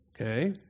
Okay